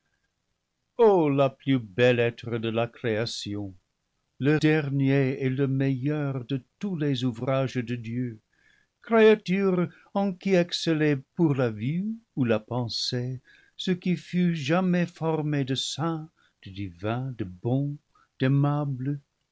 o le plus bel être de la création le dernier et le meilleur de tous les ouvrages de dieu créature en qui excellait pour la vue ou la pensée ce qui fut jamais formé de saint de divin de bon d'aimable